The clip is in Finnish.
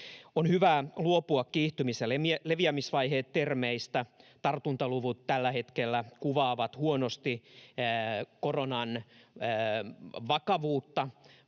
On hyvä luopua termeistä kiihtymis- ja leviämisvaihe. Tartuntaluvut tällä hetkellä kuvaavat huonosti koronan vakavuutta,